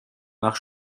nach